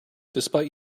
despite